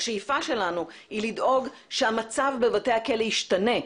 השאיפה שלנו היא לדאוג שהמצב בבתי הכלא ישתנה.